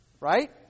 right